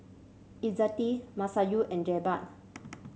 Izzati Masayu and Jebat